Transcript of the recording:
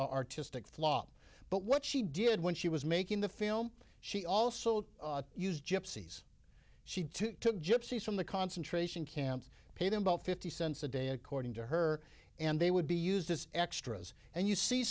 artistic flop but what she did when she was making the film she also used gypsies she took gypsies from the concentration camps paid them about fifty cents a day according to her and they would be used as extras and you see